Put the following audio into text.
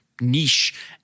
niche